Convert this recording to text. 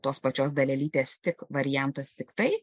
tos pačios dalelytės tik variantas tiktai